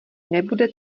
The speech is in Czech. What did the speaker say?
nebude